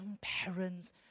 parents